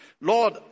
Lord